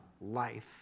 life